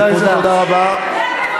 אתה מבזה את הבית זה.